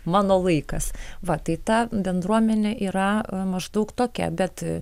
mano laikas va tai ta bendruomenė yra maždaug tokia bet